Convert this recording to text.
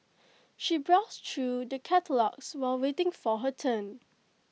she browsed through the catalogues while waiting for her turn